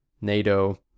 NATO